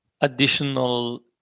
additional